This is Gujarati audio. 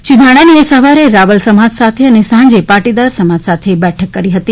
શ્રી ધાનાણીએ સવારે રાવલ સમાજ સાથે અને સાંજે પાટીદાર સમાજ સાથે બેઠક કરી હતી